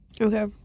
Okay